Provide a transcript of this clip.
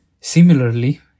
Similarly